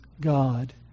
God